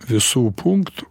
visų punktų